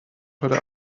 heute